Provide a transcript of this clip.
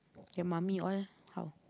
your mommy all how